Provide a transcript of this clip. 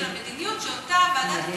של המדיניות שאותה ועדת תכנון,